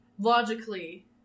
Logically